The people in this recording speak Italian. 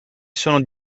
sono